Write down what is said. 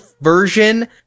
version